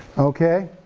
okay.